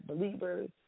believers